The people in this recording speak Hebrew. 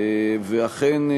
ואכן,